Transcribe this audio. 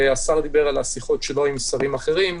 השר דיבר על השיחות שלו עם שרים אחרים.